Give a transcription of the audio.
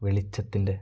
വെളിച്ചത്തിലെ